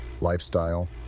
lifestyle